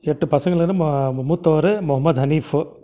எட்டு பசங்களில் வந்து ம மூத்தவர் முகமத் அனீஃபு